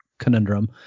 conundrum